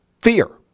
Fear